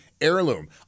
heirloom